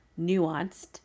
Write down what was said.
nuanced